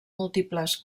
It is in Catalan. múltiples